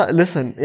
listen